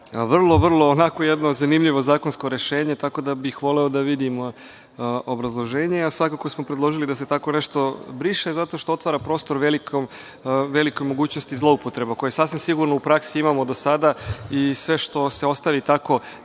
je vrlo jedno zanimljivo zakonsko rešenje, tako da bih voleo da vidim obrazloženje. Svakako smo predložili da se tako nešto briše, zato što otvara prostor velikoj mogućnosti zloupotreba, koje sasvim sigurno u praksi imamo do sada i sve što se ostavi tako